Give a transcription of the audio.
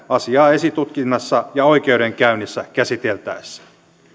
asiaa esitutkinnassa ja oikeudenkäynnissä käsiteltäessä